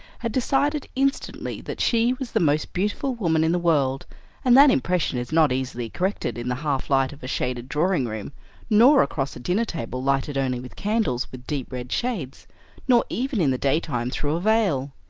had decided instantly that she was the most beautiful woman in the world and that impression is not easily corrected in the half-light of a shaded drawing-room nor across a dinner-table lighted only with candles with deep red shades nor even in the daytime through a veil.